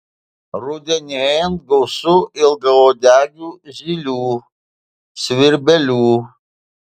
rudenėjant gausu ilgauodegių zylių svirbelių